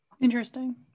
Interesting